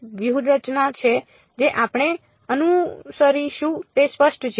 તેથી તે વ્યૂહરચના છે જે આપણે અનુસરીશું તે સ્પષ્ટ છે